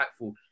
impactful